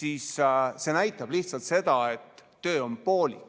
siis see näitab lihtsalt seda, et töö on poolik.